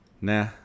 Nah